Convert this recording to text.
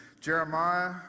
Jeremiah